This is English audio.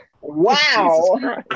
wow